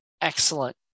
excellent